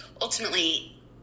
ultimately